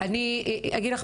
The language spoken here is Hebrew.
אני אגיד לך,